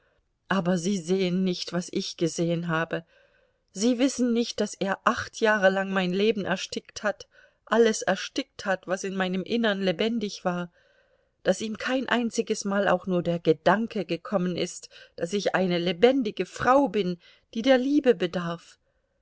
aber sie sehen nicht was ich gesehen habe sie wissen nicht daß er acht jahre lang mein leben erstickt hat alles erstickt hat was in meinem innern lebendig war daß ihm kein einziges mal auch nur der gedanke gekommen ist daß ich eine lebendige frau bin die der liebe bedarf